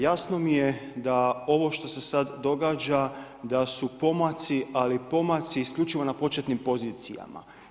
Jasno mi je da ovo što se sad događa da su pomaci, ali pomaci isključivo na početnim pozicijama.